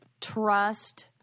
trust